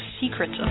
secrets